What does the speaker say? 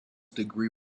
degree